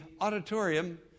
auditorium